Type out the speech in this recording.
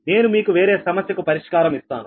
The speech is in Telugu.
నేను మీకు వేరే సమస్యకు పరిష్కారం ఇస్తాను